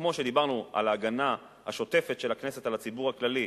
כמו שדיברנו על ההגנה השוטפת של הכנסת על הציבור הכללי,